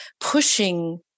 pushing